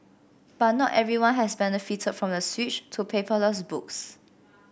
but not everyone has benefited from the switch to paperless books